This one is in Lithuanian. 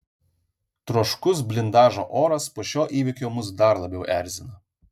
troškus blindažo oras po šio įvykio mus dar labiau erzina